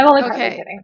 Okay